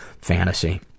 fantasy